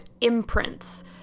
imprints